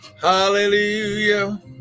Hallelujah